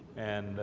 and